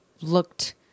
looked